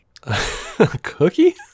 Cookie